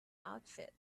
outfit